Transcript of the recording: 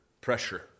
pressure